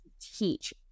teach